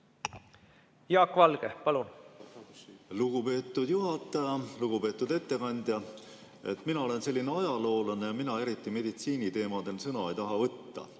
Jaak Valge, palun! Lugupeetud juhataja! Lugupeetud ettekandja! Mina olen ajaloolane ja mina eriti meditsiiniteemadel sõna ei taha võtta.